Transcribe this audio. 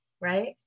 right